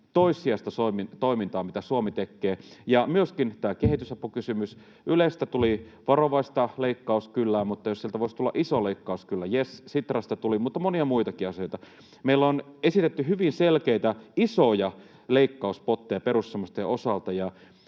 toissijaista toimintaa, mitä Suomi tekee, ja myöskin tämä kehitysapukysymys. Ylestä tuli varovaista ”kyllää” leikkaukselle, mutta jos sieltä voisi tulla iso ”kyllä” leikkaukselle, niin jes. Sitrasta tuli, mutta on monia muitakin asioita. Meillä on esitetty hyvin selkeitä isoja leikkauspotteja perussuomalaisten osalta,